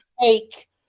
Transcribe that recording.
take